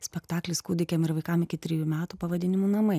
spektaklis kūdikiam ir vaikam iki trijų metų pavadinimu namai